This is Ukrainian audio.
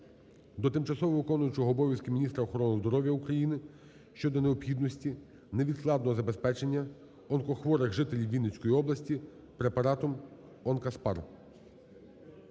до тимчасово виконуючої обов'язки міністра охорони здоров'я України щодо необхідності невідкладного забезпечення онкохворих жителів Вінницької області препаратом "Онкаспар".